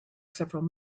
several